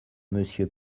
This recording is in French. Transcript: monsieur